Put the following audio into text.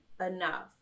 enough